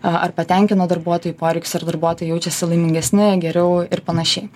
ar patenkino darbuotojų poreikius ar darbuotojai jaučiasi laimingesni geriau ir panašiai